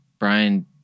Brian